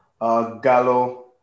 Gallo